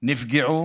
נפגעו